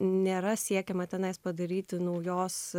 nėra siekiama tenai padaryti naujos